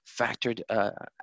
factored